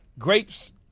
Grapes